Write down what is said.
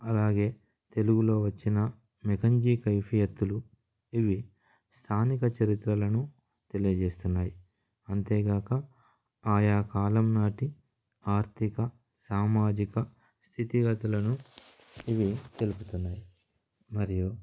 అలాగే తెలుగులో వచ్చిన మెకంజీ కైఫీ ఎత్తులు ఇవి స్థానిక చరిత్రలను తెలియజేస్తున్నాయి అంతేగాక ఆయా కాలం నాటి ఆర్థిక సామాజిక స్థితిగతులను ఇవి తెలుపుతున్నాయి మరియు